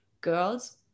girls